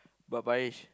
but Parish